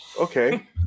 okay